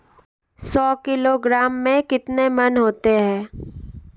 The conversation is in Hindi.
सौ किलोग्राम में कितने मण होते हैं?